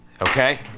Okay